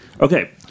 Okay